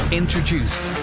introduced